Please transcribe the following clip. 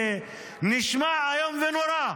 זה נשמע איום ונורא.